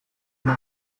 uma